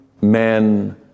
men